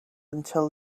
until